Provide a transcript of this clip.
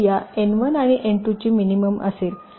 तर या एन 1 आणि एन 2 ची मिनिमम असेल